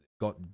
got